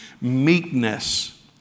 meekness